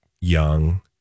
young